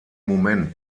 moment